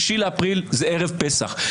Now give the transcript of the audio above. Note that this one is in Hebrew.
6 באפריל זה ערב פסח.